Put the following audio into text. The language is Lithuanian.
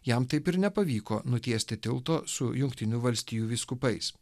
jam taip ir nepavyko nutiesti tilto su jungtinių valstijų vyskupais